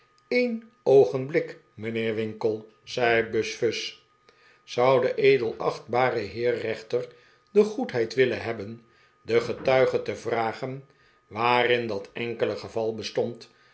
een oogenblik mijnheer winkle zei buzfuz zou de edelachtbare heer rechter de goedheid willen hebben den getuige te vragen waarin dat enkele geval bestond